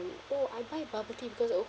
oh I buy bubble tea because uh